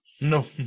no